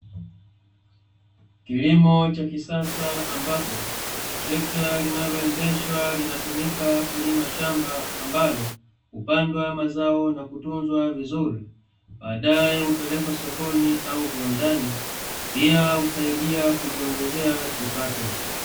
Kilimo cha kisasa ambapo, trekta linaloendeshwa linatumika kulima shamba ambalo, hupandwa mazao na kutunzwa vizuri, baadaye hupelekwa sokoni au viwandani. Pia husaidia kujiongezea kipato.